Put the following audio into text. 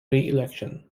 reelection